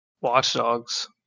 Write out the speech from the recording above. Watchdogs